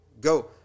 go